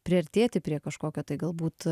priartėti prie kažkokio tai galbūt